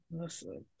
Listen